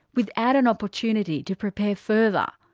without an opportunity to prepare further.